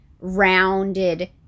rounded